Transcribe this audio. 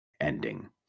ending